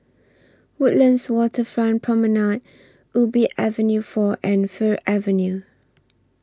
Woodlands Waterfront Promenade Ubi Avenue four and Fir Avenue